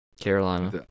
Carolina